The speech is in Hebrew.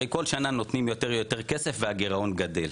הרי כל שנה נותנים יותר ויותר כסף והגירעון גדל,